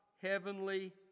heavenly